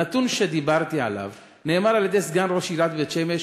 הנתון שדיברתי עליו נאמר על-ידי סגן ראש עיריית בית-שמש,